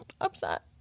upset